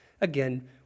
Again